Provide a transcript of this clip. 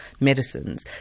medicines